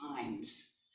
times